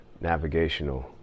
navigational